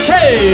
Hey